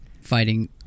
fighting